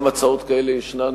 גם הצעות כאלה ישנן,